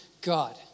God